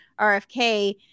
RFK